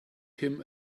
him